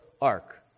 ark